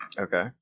Okay